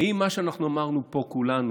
האם מה שאמרנו פה כולנו,